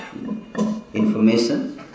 information